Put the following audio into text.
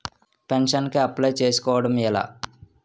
Pension కి apply చేసుకోవడం ఎలా?